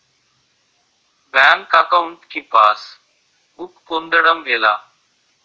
Bank account కి passbook పొందడం ఎలా?